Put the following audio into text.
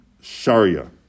sharia